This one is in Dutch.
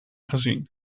gezien